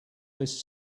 this